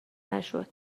نشد